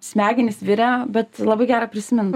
smegenys virė bet labai gera prisimint